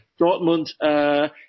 Dortmund